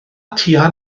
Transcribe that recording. tua